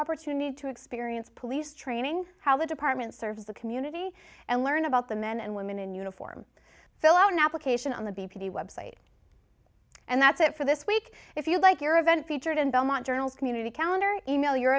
opportunity to experience police training how the department serves the community and learn about the men and women in uniform fill out an application on the b p website and that's it for this week if you like your event featured in belmont journals community calendar email your